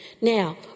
Now